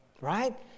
Right